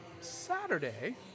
Saturday